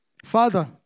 Father